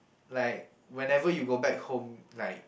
like whenever you go back home like